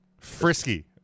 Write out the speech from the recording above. frisky